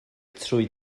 trwy